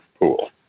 pool